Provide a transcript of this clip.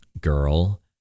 girl